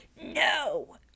no